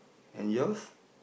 and yours